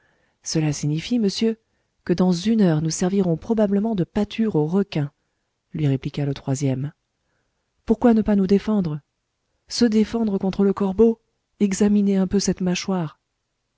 cela signifie monsieur que dans une heure nous servirons probablement de pâture aux requins lui répliqua le troisième pourquoi ne pas nous défendre se défendre contre le corbeau examinez un peu cette mâchoire